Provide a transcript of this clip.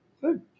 Good